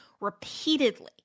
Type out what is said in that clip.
repeatedly